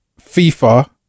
FIFA